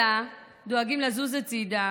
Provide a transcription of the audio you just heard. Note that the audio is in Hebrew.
אלא דואגים לזוז הצידה,